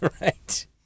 Right